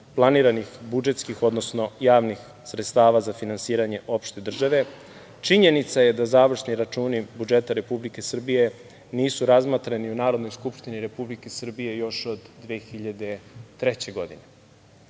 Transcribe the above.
planiranih budžetskih, odnosno javnih sredstava za finansiranje opšte države. Činjenica je da završni računi budžeta Republike Srbije nisu razmatrani u Narodnoj skupštini Republike Srbije još od 2003. godine